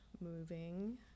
moving